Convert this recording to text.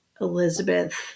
Elizabeth